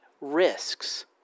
risks